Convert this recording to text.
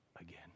again